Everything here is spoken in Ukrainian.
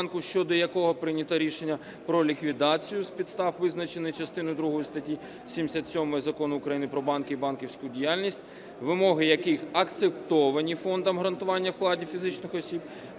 щодо якого прийнято рішення про ліквідацію з підстав, визначених частиною другою статті 77 Закону України "Про банки і банківську діяльність", вимоги яких акцептовані Фондом гарантування фізичних осіб,